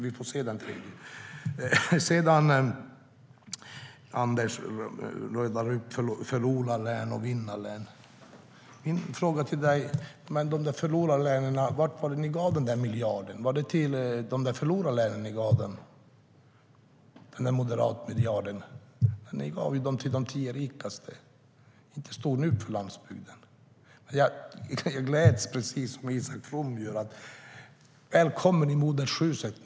Vi får se den 3 december. Jag gläds, precis som Isak From. Välkommen till modershuset!